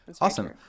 awesome